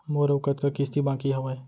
मोर अऊ कतका किसती बाकी हवय?